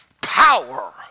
power